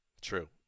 True